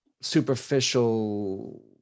superficial